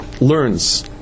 learns